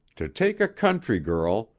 to take a country girl,